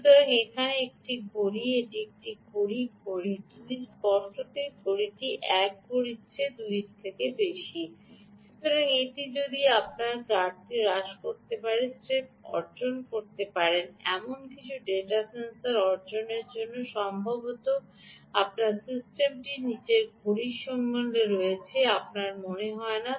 সুতরাং এখানে একটি ঘড়ি এটি ঘড়ি 1 এবং এটি ঘড়ি 2 স্পষ্টতই ঘড়িটি 1 ঘড়ির চেয়ে 2 টি বেশি সুতরাং এটি যদি আপনার ঘাটতি হ্রাস করতে পারে এবং স্রেফ অর্জন করতে পারে এমন কিছু সেন্সর ডেটা অর্জনের জন্য সম্ভবত আপনার সিস্টেমটি নীচের ঘড়ির সাথে চলছে তা আপনার মনে হয় না